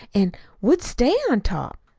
an' would stay on top.